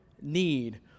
need